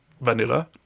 Vanilla